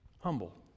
humble